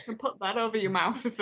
and put that over your mouth, if it